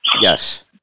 Yes